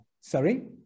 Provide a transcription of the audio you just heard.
Sorry